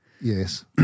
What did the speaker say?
Yes